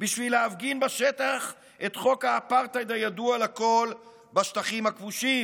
בשביל להפגין בשטח את חוק האפרטהייד הידוע לכול בשטחים הכבושים: